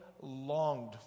longed